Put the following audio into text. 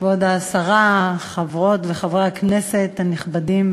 ולי כואב לשמוע אנשים שעולים לבמה הזאת